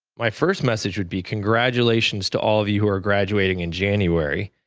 my first message would be congratulations to all of you who are graduating in january.